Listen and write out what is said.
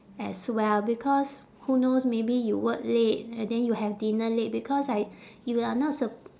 as well because who knows maybe you work late and then you have dinner late because like you are not sup~